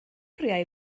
oriau